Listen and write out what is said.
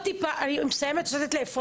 הרימו שוב את הכפפה ויושבים כאן עכשיו בדיון הזה.